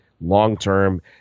long-term